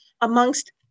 amongst